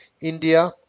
India